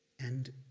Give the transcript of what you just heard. and